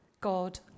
God